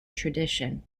tradition